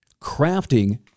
crafting